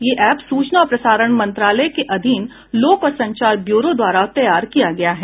यह एप सूचना और प्रसारण मंत्रालय के अधीन लोक और संचार ब्यूरो द्वारा तैयार किया गया है